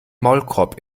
maulkorb